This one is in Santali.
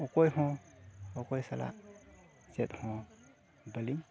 ᱚᱠᱚᱭ ᱦᱚᱸ ᱚᱠᱚᱭ ᱥᱟᱞᱟᱜ ᱪᱮᱫᱦᱚᱸ ᱵᱟᱹᱞᱤᱧ